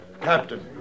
Captain